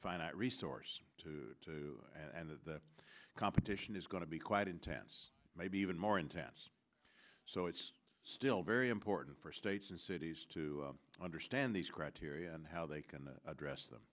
finite resource and the competition is going to be quite intense maybe even more intense so it's still very important for states and cities to understand these criteria and how they can address them